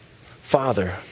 Father